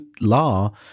law